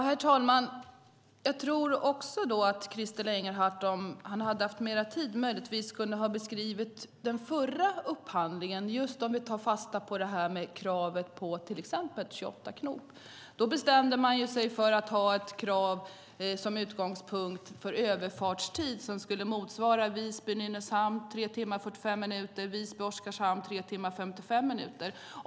Herr talman! Jag tror att om Christer Engelhardt hade haft mer tid kunde han möjligtvis ha beskrivit den förra upphandlingen, till exempel kravet på 28 knop. Man bestämde sig för att ha som utgångspunkt en överfartstid som skulle motsvara överfarten Visby-Nynäshamn, 3 timmar 45 minuter, eller Visby-Oskarshamn, 3 timmar 55 minuter.